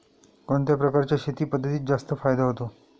कोणत्या प्रकारच्या शेती पद्धतीत जास्त फायदा होतो?